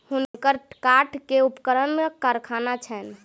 हुनकर काठ के उपकरणक कारखाना छैन